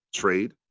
trade